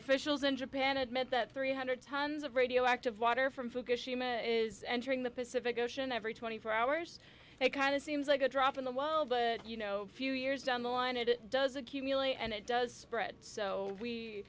officials in japan admit that three hundred tons of radioactive water from fukushima is entering the pacific ocean every twenty four hours a kind of seems like a drop in the well but you know few years down the line it does accumulate and it does spread so we